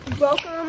welcome